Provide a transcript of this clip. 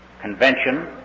convention